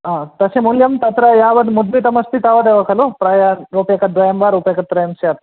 हा तस्य मूल्यं तत्र यावत् मुद्रितमस्ति तावदेव खलु प्रायः रूप्यकद्वयं वा रूप्यकत्रयं स्यात्